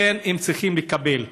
הם צריכים לקבל,